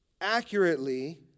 accurately